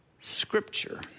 scripture